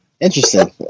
Interesting